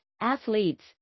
athletes